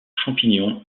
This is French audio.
champignons